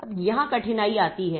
अब यहाँ कठिनाई आती है